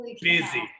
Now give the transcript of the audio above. Busy